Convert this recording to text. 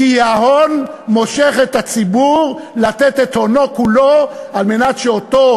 כי ההון מושך את הציבור לתת את הונו כולו על מנת שאותו